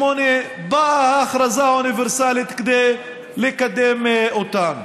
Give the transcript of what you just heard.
באה ההכרזה האוניברסלית כדי לקדם אותן.